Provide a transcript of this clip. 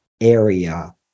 area